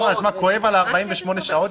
כואב על ה-48 שעות